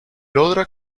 logra